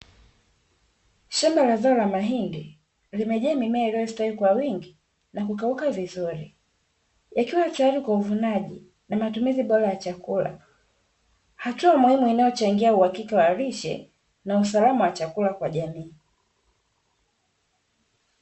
Shamba la zao la mahindi, limejaa mimea iliyostawi kwa wingi na kukauka vizuri yakiwa tayari kwa uvunaji na matumizi bora ya chakula. Hatua muhimu inayochangia uhakika wa lishe na usalama wa chakula kwa jamii.